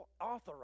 authorized